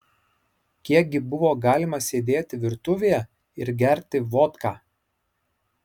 kiek gi buvo galima sėdėti virtuvėje ir gerti vodką